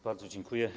Bardzo dziękuję.